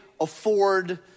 afford